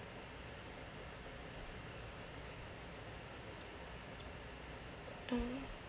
um